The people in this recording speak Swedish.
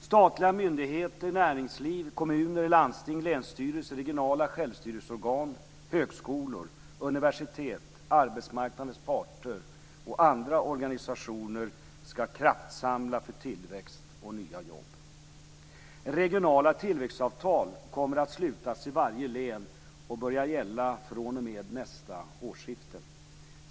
Statliga myndigheter, näringsliv, kommuner, landsting, länsstyrelser, regionala självstyrelseorgan, högskolor, universitet, arbetsmarknadens parter och andra organisationer skall kraftsamla för tillväxt och nya jobb. Regionala tillväxtavtal kommer att slutas i varje län och börja gälla fr.o.m. nästa årsskifte.